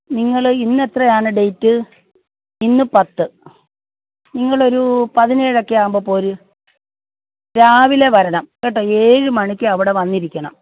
നിങ്ങൾ ഇന്ന് എത്രയാണ് ഡേയ്റ്റ് ഇന്ന് പത്ത് നിങ്ങളൊരു പതിനേഴൊക്കെ ആകുമ്പോൾ പോര് രാവിലെ വരണം കേട്ടോ ഏഴ് മണിക്ക് അവിടെ വന്നിരിക്കണം